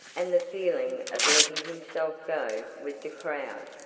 and the feeling of letting himself go with the crowd.